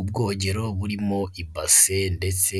Ubwogero burimo ibase ndetse